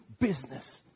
business